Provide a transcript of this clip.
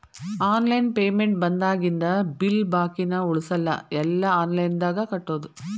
online payment ಬಂದಾಗಿಂದ bill ಬಾಕಿನ ಉಳಸಲ್ಲ ಎಲ್ಲಾ ಆನ್ಲೈನ್ದಾಗ ಕಟ್ಟೋದು